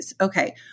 Okay